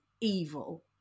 evil